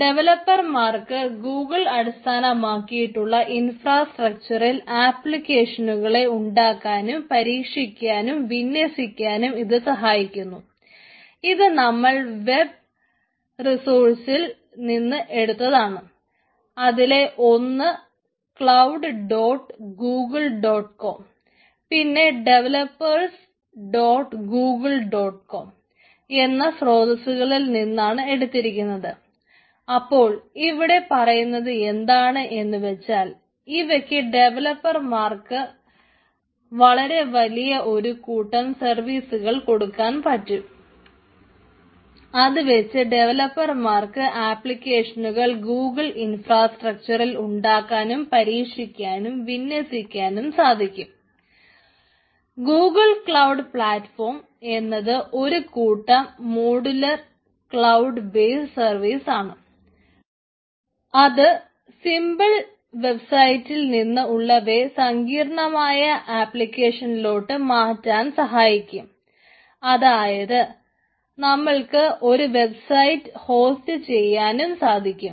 ഡെവലപ്പർമാർക്ക് Google അടിസ്ഥാനമാക്കിയുള്ള ഇൻഫ്രാസ്ട്രക്ചറിൽ ചെയ്യാനും സാധിക്കും